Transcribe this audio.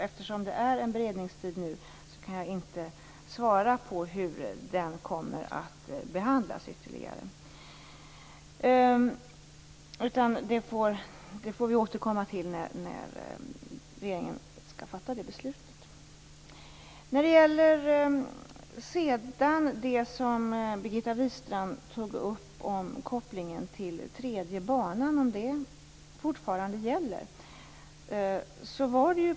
Eftersom det är beredningstid just nu kan jag inte svara på hur frågan kommer att ytterligare behandlas. Det får vi återkomma till när regeringen skall fatta beslut. Birgitta Wistrand undrade om kopplingen till tredje banan fortfarande gäller.